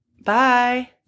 bye